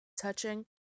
touching